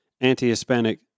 anti-Hispanic